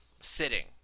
sitting